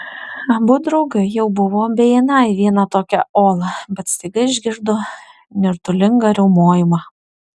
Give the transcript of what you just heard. abu draugai jau buvo beeiną į vieną tokią olą bet staiga išgirdo nirtulingą riaumojimą